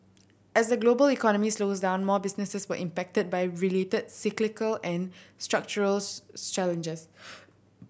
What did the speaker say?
as the global economy slows down more businesses were impacted by related cyclical and structural challenges